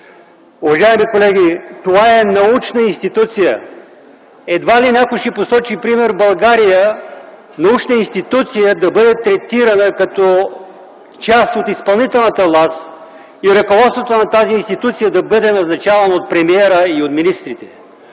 Уважаеми колеги, това е научна институция. Едва ли някой ще посочи пример в България научна институция да бъде третирана като част от изпълнителната власт и ръководството на тази институция да бъде назначавана от премиера и от министрите.